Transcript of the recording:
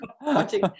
watching